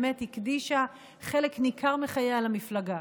ובאמת הקדישה חלק ניכר מחייה למפלגה,